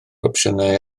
opsiynau